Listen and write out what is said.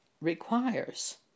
requires